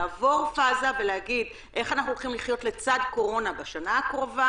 לעבור פאזה ולהגיד איך אנחנו הולכים לחיות לצד הקורונה בשנה הקרובה.